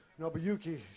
Nobuyuki